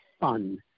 fun